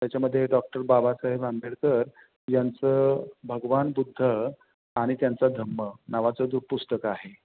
त्याच्यामध्ये डॉक्टर बाबासाहेब आंबेडकर यांचं भगवान बुद्ध आणि त्यांचं धम्म नावाचं जो पुस्तक आहे